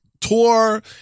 tour